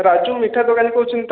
ରାଜୁ ମିଠା ଦୋକାନୀ କହୁଛନ୍ତି ତ